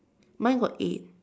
mine got eight